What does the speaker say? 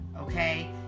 Okay